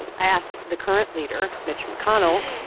i asked the current leader, mitch mcconnell,